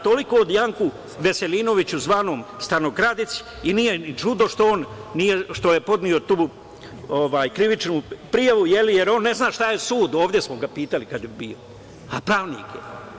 Toliko o Janku Veselinoviću, zvanom stanokradic i nije ni čudo što je podneo tu krivičnu prijavu, jer on ne zna šta je sud, ovde smo ga pitali kad je bio, a pravnik je.